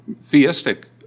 theistic